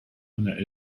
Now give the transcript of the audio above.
einer